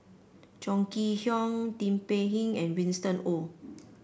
Chong Kee Hiong Tin Pei Ling and Winston Oh